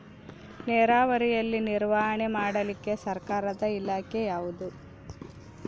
ನೇರಾವರಿಯಲ್ಲಿ ನಿರ್ವಹಣೆ ಮಾಡಲಿಕ್ಕೆ ಸರ್ಕಾರದ ಇಲಾಖೆ ಯಾವುದು?